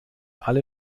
alle